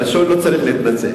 הראשון לא צריך להתנצל.